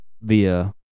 via